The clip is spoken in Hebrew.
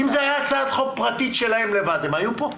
אם זו הייתה הצעת חוק פרטית שלהם לבד הם היו פה?